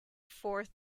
fourth